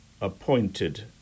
appointed